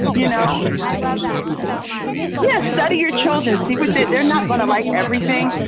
you know, i love that so much. yeah. study your children. see what they're they're not going to like everything.